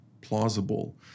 plausible